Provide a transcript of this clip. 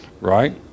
right